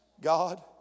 God